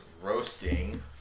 roasting